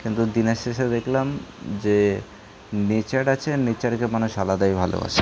কিন্তু দিনের শেষে দেখলাম যে নেচার আছে নেচারকে মানুষ আলাদাই ভালোবাসে